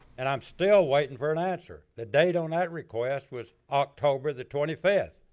and i'm still waiting for an answer. the date on that request, was october the twenty fifth